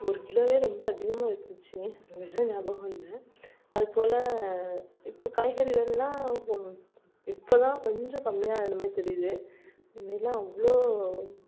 ஒரு கிலோவே ரொம்ப அதிகமாக வித்துச்சு வில ஞாபகம் இல்லை அதுப்போல் இப்போ காய்கறி விலைலாம் இப்போதான் கொஞ்சம் கம்மியாக ஆனமாரி தெரியுது முன்னாடிலாம் அவ்வளோ